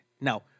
Now